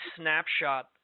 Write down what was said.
snapshot